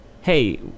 Hey